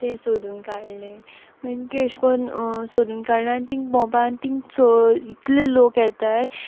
तें सोदून काडलें मागीर तें अेश कोन्न सोदून काडलें आनी तींग भोंवपा तींग इत्ल लोक येताय